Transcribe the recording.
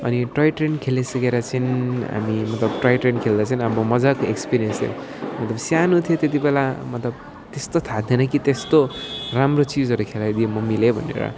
अनि toy train खेलिसकेर चाहिँ हामी मतलब टोय ट्रेन खेल्दा चाहिँ अब मजाको एक्स्पेरियन्स मतलब सानो थियो त्यति बेला मतलब त्यस्तो थाहा थिएन कि त्यस्तो राम्रो चिजहरू खेलाइदियो मम्मीले भनेर